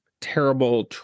terrible